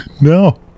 no